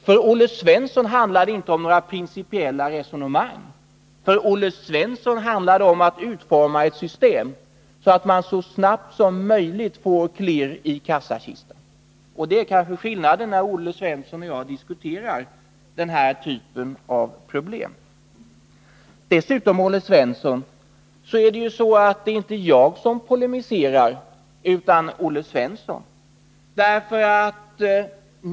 För Olle Svensson handlar det inte om några principiella resonemang utan om att utforma ett system så, att man så snabbt som möjligt får klirr i kassakistan. Det är kanske skillnaden mellan Olle Svensson och mig när vi diskuterar den här typen av problem. Dessutom är det inte jag som polemiserar utan Olle Svensson.